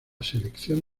selección